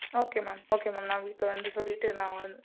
okay ma'am okay ma'am நான் வீட்டில் வந்து சொல்லிட்டு நான் வந்து